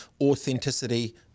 authenticity